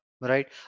right